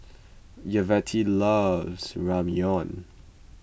Yvette loves Ramyeon